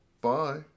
bye